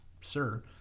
sir